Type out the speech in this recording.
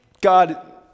God